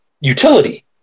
utility